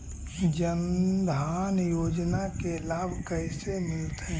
जन धान योजना के लाभ कैसे मिलतै?